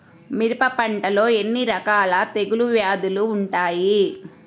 మిరప పంటలో ఎన్ని రకాల తెగులు వ్యాధులు వుంటాయి?